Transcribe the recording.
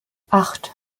acht